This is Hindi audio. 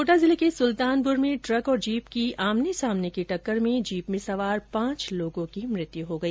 कोटा जिले के सुल्तानपुर में ट्रक और जीप की आमने सामने की टक्कर में जीपे में सवार पांच लोगों की मृत्यु हो गई